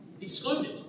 Excluded